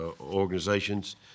organizations